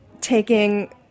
taking